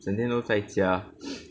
整天都在家